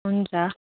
हुन्छ